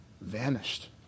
vanished